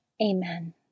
Amen